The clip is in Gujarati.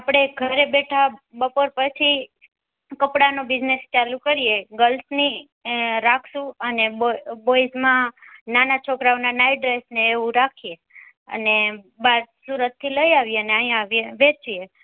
આપણે ઘરે બેઠા બપોર પછી કપડાંનો બિઝનેસ ચાલુ કરીએ ગર્લ્સની રાખશું અને બોય બોઈઝમાં નાના છોકરાઓના નાઇટ ડ્રેસ ને એવું રાખીએ અને બહાર સુરતથી લઇ આવીએ ને અહીં આવીએ વેચીએ